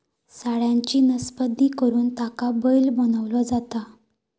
सांडाची नसबंदी करुन त्याका बैल बनवलो जाता